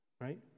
right